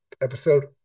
episode